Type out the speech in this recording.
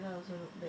I also